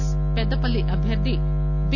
yes Peddapalli అభ్యర్థి B